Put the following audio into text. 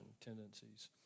tendencies